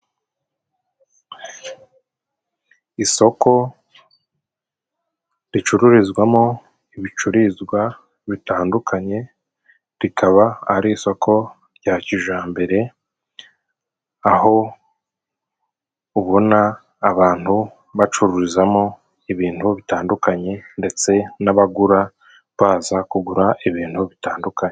Isoko ricururizwamo ibicuruzwa bitandukanye, rikaba ari isoko rya kijambere aho ubona abantu bacururizamo ibintu bitandukanye, ndetse n'abagura baza kugura ibintu bitandukanye.